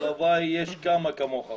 הלוואי שיהיו כמה כמוך.